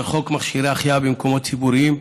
חוק מכשירי החייאה במקומות ציבוריים,